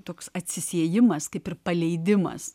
toks atsisiejimas kaip ir paleidimas